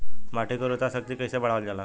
माटी के उर्वता शक्ति कइसे बढ़ावल जाला?